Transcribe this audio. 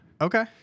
Okay